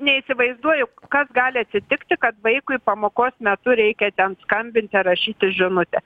neįsivaizduoju kas gali atsitikti kad vaikui pamokos metu reikia ten skambinti ar rašyti žinutę